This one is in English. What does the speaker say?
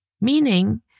Meaning